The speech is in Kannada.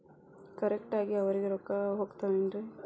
ಕರೆಕ್ಟ್ ಆಗಿ ಅವರಿಗೆ ರೊಕ್ಕ ಹೋಗ್ತಾವೇನ್ರಿ?